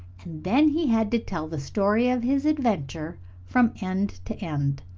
and then he had to tell the story of his adventure from end to end.